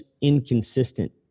inconsistent